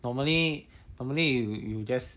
normally normally you will just